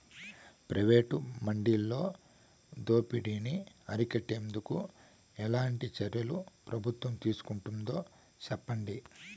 Private మండీలలో దోపిడీ ని అరికట్టేందుకు ఎట్లాంటి చర్యలు ప్రభుత్వం తీసుకుంటుందో చెప్పండి?